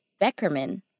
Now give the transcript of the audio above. Beckerman